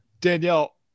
Danielle